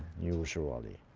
usually.